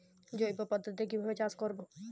জৈব পদ্ধতিতে কিভাবে চাষ করব?